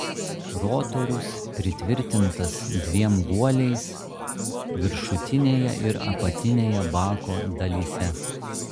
rotorius pritvirtintas dviem guoliais viršutinėje ir apatinėje bako dalyse